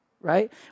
Right